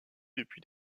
depuis